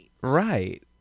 right